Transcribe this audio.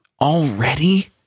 Already